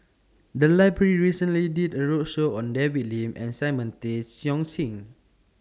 The Library recently did A roadshow on David Lim and Simon Tay Seong Chee